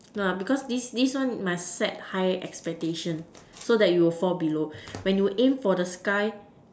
no ah because this this one must set high expectation so that you will fall below when you aim for the sky